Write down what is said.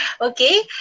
Okay